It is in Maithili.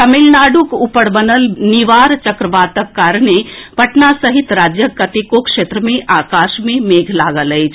तमिलनाडुक ऊपर बनल निवार चक्रवातक कारणे पटना सहित राज्यक कतेको क्षेत्र मे आकाश मे मेघ लागल अछि